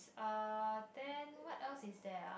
uh then what else is there ah